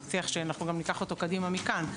שיח שאנחנו גם ניקח אותו קדימה מכאן.